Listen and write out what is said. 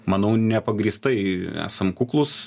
manau nepagrįstai esam kuklūs